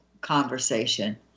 conversation